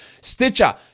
Stitcher